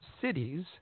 cities